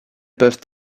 peuvent